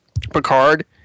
Picard